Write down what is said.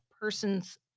person's